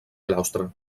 claustre